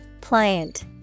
Pliant